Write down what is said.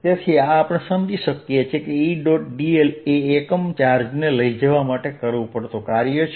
તેથી આ આપણે સમજીએ છીએ કે Edl એ એકમ ચાર્જને લઇ જવા માટે કરવું પડતું કાર્ય છે